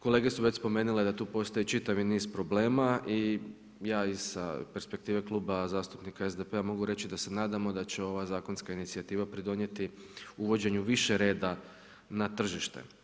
Kolege su već spomenule da tu postoji čitavi niz problema i ja sa perspektive Kluba zastupnika SDP-a mogu reći, da se nadamo da će ova zakonska inicijativa pridonijeti uvođenje više reda na tržište.